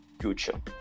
future